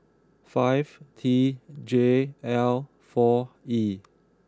five T J L four E